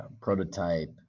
prototype